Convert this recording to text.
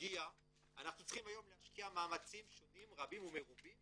אנחנו צריכים היום להשקיע מאמצים שונים רבים ומרובים